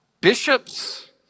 bishops